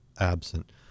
absent